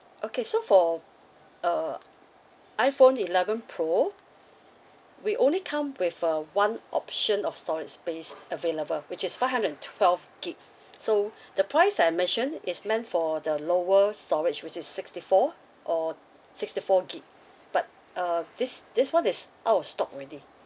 okay so for uh iPhone eleven pro we only come with a one option of storage space available which is five hundred and twelve gig so the price I mentioned is meant for the lower storage which is sixty four or sixty four gig but uh this this [one] is out of stock already